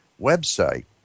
website